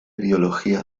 biología